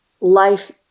life